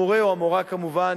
המורה או המורָה כמובן